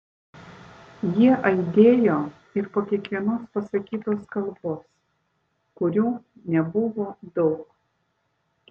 jie aidėjo ir po kiekvienos pasakytos kalbos kurių nebuvo daug